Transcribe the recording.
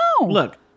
Look